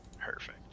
perfect